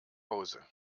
hause